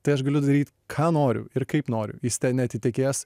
tai aš galiu daryt ką noriu ir kaip noriu jis ten neatitekės